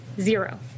Zero